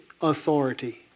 authority